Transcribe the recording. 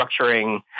structuring